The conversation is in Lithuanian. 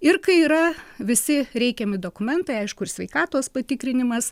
ir kai yra visi reikiami dokumentai aišku ir sveikatos patikrinimas